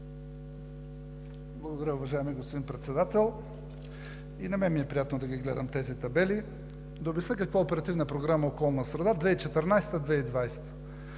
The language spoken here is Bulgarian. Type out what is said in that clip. Благодаря, уважаеми господин Председател. И на мен ми е приятно да ги гледам тези табели. Да обясня какво е Оперативна програма „Околна среда 2014 – 2020